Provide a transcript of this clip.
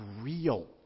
real